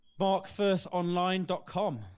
Markfirthonline.com